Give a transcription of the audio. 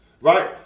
Right